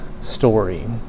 story